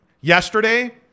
yesterday